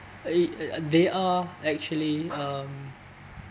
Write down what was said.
I~ uh there are actually um